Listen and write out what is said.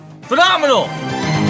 phenomenal